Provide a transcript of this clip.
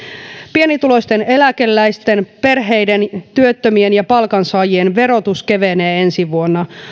pienituloisten eläkeläisten perheiden työttömien ja palkansaajien verotus kevenee ensi vuonna